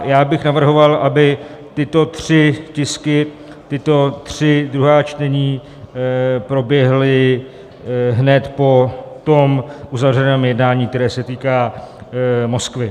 Já bych navrhoval, aby tyto tři tisky, tato tři druhá čtení, proběhla hned po tom uzavřeném jednání, které se týká Moskvy.